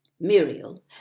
Muriel